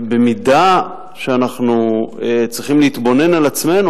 ובמידה שאנחנו צריכים להתבונן על עצמנו,